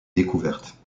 découverte